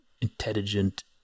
intelligent